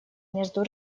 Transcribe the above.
между